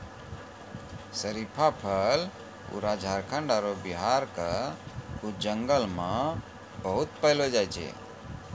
शरीफा फल पूरा झारखंड आरो बिहार के कुछ जंगल मॅ बहुत पैलो जाय छै